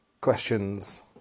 questions